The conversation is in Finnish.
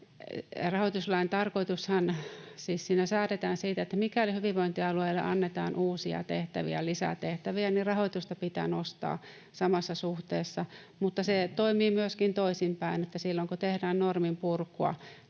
Rahoituslain tarkoitushan siis on se ja siinä säädetään siitä, että mikäli hyvinvointialueille annetaan uusia tehtäviä, lisää tehtäviä, niin rahoitusta pitää nostaa samassa suhteessa. Mutta se toimii myöskin toisinpäin: silloin kun tehdään norminpurkua,